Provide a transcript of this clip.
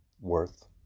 worth